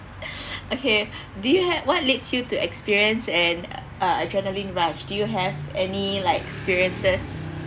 okay do you have what leads you to experience an uh adrenaline rush do you have any like experiences